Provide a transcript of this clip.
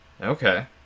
Okay